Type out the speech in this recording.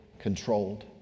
controlled